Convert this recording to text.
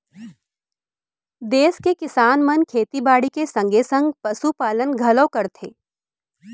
देस के किसान मन खेती बाड़ी के संगे संग पसु पालन घलौ करथे